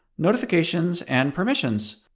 notifications, and permissions.